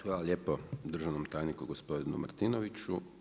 Hvala lijepo državnom tajniku gospodinu Martinoviću.